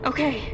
Okay